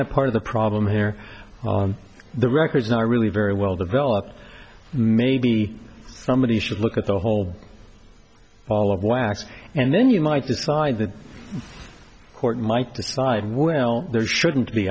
that part of the problem here the records are really very well developed maybe somebody should look at the whole ball of wax and then you might decide the court might decide well there shouldn't be